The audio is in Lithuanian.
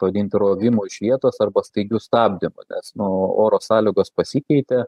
pavadinti rovimo iš vietos arba staigių stabdymų nes nu oro sąlygos pasikeitė